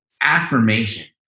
affirmation